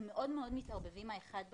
הם מאוד מתערבבים האחד בשני,